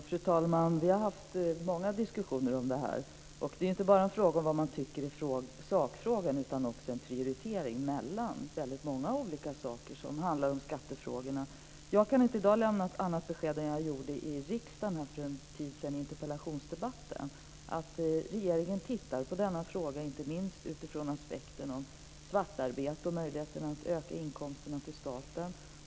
Fru talman! Vi har haft många diskussioner om detta. Det gäller inte bara vad man tycker i sakfrågan utan också en prioritering mellan många olika skattefrågor. Jag kan inte i dag lämna något annat besked än vad jag gjorde i riksdagen i interpellationsdebatten för en tid sedan. Regeringen tittar på denna fråga, inte minst utifrån aspekten med svartarbete och möjligheterna att öka inkomsterna till staten.